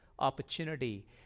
opportunity